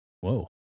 Whoa